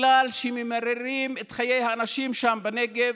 שבכלל ממררים את חיי האנשים שם בנגב,